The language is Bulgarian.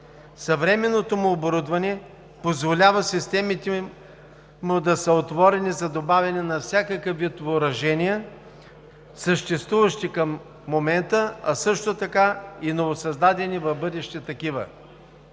Съвременното му оборудване позволява системите му да са отворени за добавяне на всякакъв вид въоръжения, съществуващи към момента, а също така и новосъздадени в бъдеще такива.